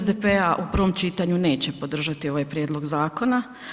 Klub SDP-a u prvom čitanju neće podržati ovaj prijedlog zakona.